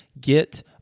Get